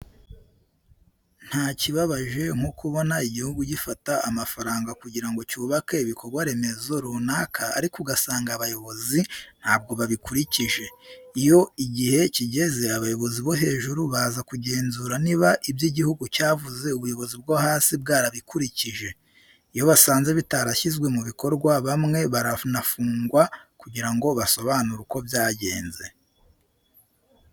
Nta kibabaje nko kubona igihugu gifata amafaranga kugira ngo cyubake ibikorwa remezo runaka ariko ugasanga abayobozi ntabwo babikurikije. Iyo igihe kigeze abayobozi bo hejuru baza kugenzura niba ibyo igihugu cyavuze ubuyobozi bwo hasi bwarabikurikije. Iyo basanze bitarashyizwe mu bikorwa bamwe baranafungwa kugira ngo basobanure uko byagenze.